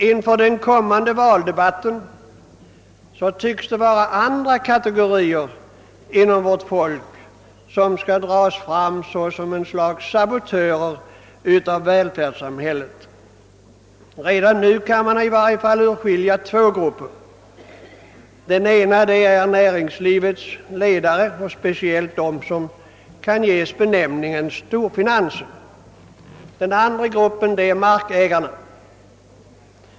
Inför den kommande valrörelsen tycks det vara andra kategorier inom vårt folk som skall utmålas som ett slags sabotörer i välfärdssamhället. Redan nu kan man urskilja i varje fall två sådana grupper. Den ena är näringslivets ledare, framför allt de som representerar den s.k. storfinansen. Den andra grup pen är markägarna.